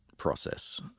process